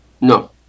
No